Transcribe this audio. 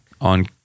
on